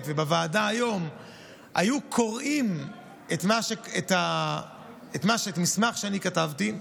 ובוועדה היום היו קוראים את המסמך שאני כתבתי,